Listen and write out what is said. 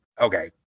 okay